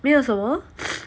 没有什么